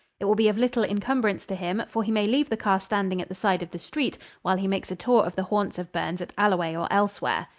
it will be of little encumbrance to him, for he may leave the car standing at the side of the street while he makes a tour of the haunts of burns at alloway or elsewhere.